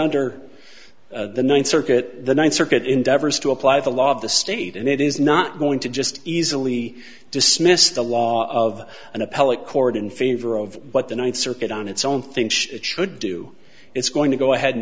under the ninth circuit the ninth circuit endeavors to apply the law of the state and it is not going to just easily dismiss the law of an appellate court in favor of what the ninth circuit on its own think it should do it's going to go ahead and